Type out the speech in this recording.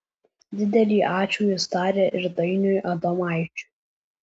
didelį ačiū jis taria ir dainiui adomaičiui